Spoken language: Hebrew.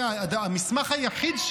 בחתימת ידי העובדת,